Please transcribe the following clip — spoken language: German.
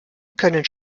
können